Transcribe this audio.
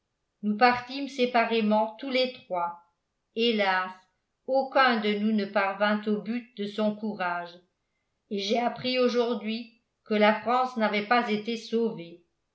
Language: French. nous partîmes séparément tous les trois hélas aucun de nous ne parvint au but de son courage et j'ai appris aujourd'hui que la france n'avait pas été sauvée